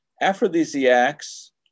Aphrodisiacs